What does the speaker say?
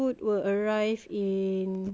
!wah! fifteen minutes okay